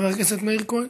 חבר הכנסת מאיר כהן.